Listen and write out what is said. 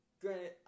Granted